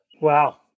wow